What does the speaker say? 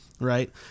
right